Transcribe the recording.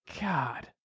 God